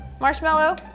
marshmallow